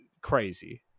crazy